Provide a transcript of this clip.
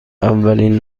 اولین